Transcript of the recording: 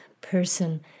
person